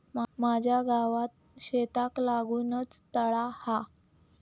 माझ्या गावात शेताक लागूनच तळा हा